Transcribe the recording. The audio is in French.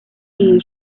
est